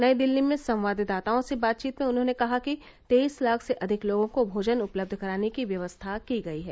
नई दिल्ली में संवादाताओं से बातचीत में उन्होंने कहा कि तेईस लाख से अधिक लोगों को भोजन उपलब्ध कराने की व्यवस्था की गई है